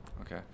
Okay